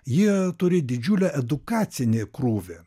ji turi didžiulę edukacinį krūvį